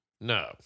No